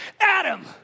Adam